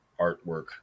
artwork